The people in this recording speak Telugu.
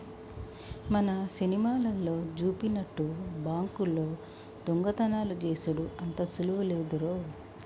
మన సినిమాలల్లో జూపినట్టు బాంకుల్లో దొంగతనాలు జేసెడు అంత సులువు లేదురో